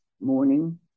morning